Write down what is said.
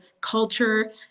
culture